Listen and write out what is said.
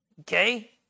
okay